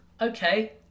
Okay